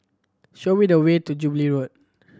show me the way to Jubilee Road